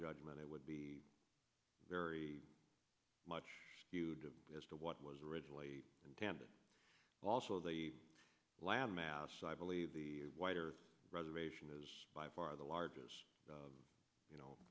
judgment it would be very much viewed as to what was originally intended also the land mass i believe the wider reservation is by far the largest